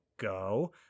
go